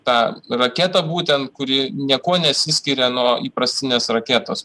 tą raketą būtent kuri niekuo nesiskiria nuo įprastinės raketos